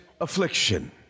affliction